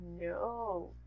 No